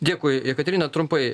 dėkui jekaterina trumpai